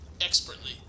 expertly